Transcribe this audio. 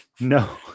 No